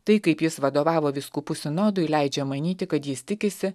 tai kaip jis vadovavo vyskupų sinodui leidžia manyti kad jis tikisi